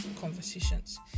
conversations